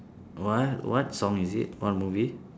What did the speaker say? what what song is it what movie